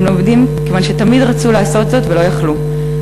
הם לומדים כיוון שתמיד רצו לעשות זאת ולא יכלו,